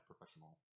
professional